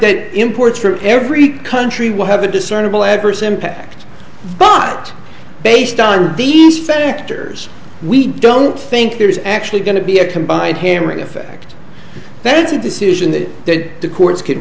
that imports from every country will have a discernible adverse impact but based on these factors we don't think there is actually going to be a combined hammering effect that's a decision that they the courts could